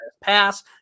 pass